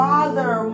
Father